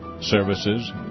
services